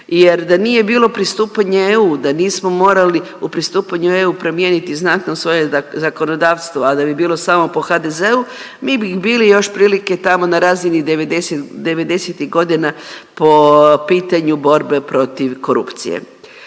jer da nije bilo pristupanje EU, da nismo morali u pristupanju EU promijeniti znatno svoje zakonodavstvo, a da bi bilo samo po HDZ-u mi bih bili još otprilike tamo na razini '90.-tih godina po pitanju borbe protiv korupcije.